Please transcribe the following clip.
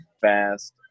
fast